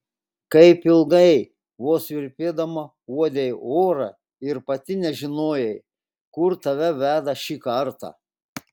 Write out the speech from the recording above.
kaip ilgai vos virpėdama uodei orą ir pati nežinojai kur tave veda šį kartą